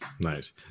Nice